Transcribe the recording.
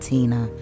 Tina